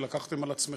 על שלקחתם על עצמכם.